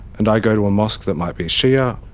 and i go to a mosque that might be shia,